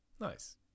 Nice